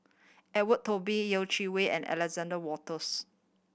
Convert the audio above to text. Edwin Yeh Chi Wei and Alexander Wolters